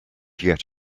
yet